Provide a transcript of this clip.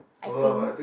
I think